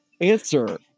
answer